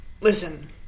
Listen